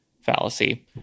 fallacy